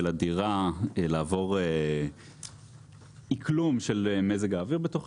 הדירה לעבור אקלום של מזג האוויר בתוכה,